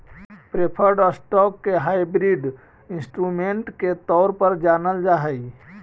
preferred stock के hybrid instrument के तौर पर जानल जा हइ